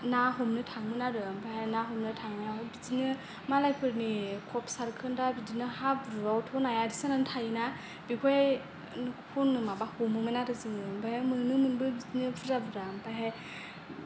ना हमनो थाङोमोन आरो ओमफ्राय ना हमनो थांनायाव बिदिनो मालायफोरनि खब सारखोन्दा बिदिनो हाब्रुआवथ' नाया एरसोनानै थायोना बेफोर माबा हमोमोन आरो जोङो ओमफ्राय मोनोमोनबो बिदिनो बुरजा बुरजा ओमफ्रायहाय